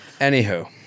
Anywho